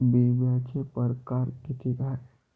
बिम्याचे परकार कितीक हाय?